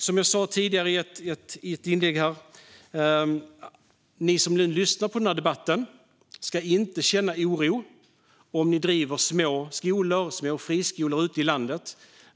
Som jag sa i ett tidigare inlägg: Ni som nu lyssnar på denna debatt ska inte känna oro om ni driver små friskolor ute i landet.